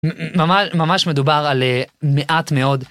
ממש מדובר על מעט מאוד.